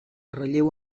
relleu